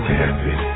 happy